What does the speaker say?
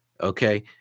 Okay